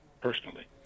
personally